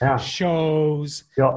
shows